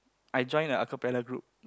I join the acapella group